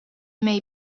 may